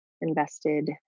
invested